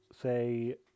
say